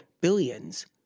billions